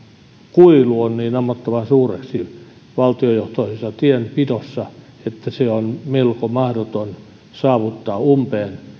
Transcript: kuilu on niin ammottavan suuri valtiojohtoisessa tienpidossa että se on melko mahdoton kuroa umpeen